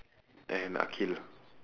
and akhil